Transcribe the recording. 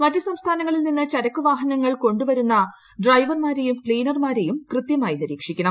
മറ്റു സംസ്ഥാനങ്ങളിൽ നിന്ന് ചരക്കുവാഹനങ്ങൾ കൊണ്ടുവരുന്ന ഡ്രൈവർമാരെയും ക്സീനർമാരെയും കൃത്യമായി നിരീക്ഷിക്കണം